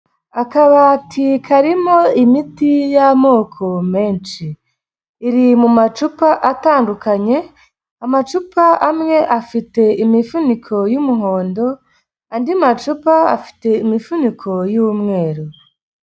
Akabati karimo imiti y'amoko menshi, iri mu macupa atandukanye amacupa amwe afite imifuniko y'umuhondo andi macupa afite imifuniko y'umweru.